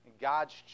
God's